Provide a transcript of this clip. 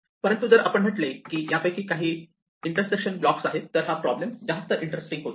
परंतु जर आपण म्हटले की यापैकी काही इंटरसेक्शन ब्लॉक आहेत तर हा प्रॉब्लेम जास्त इंटरेस्टिंग होतो